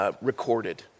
recorded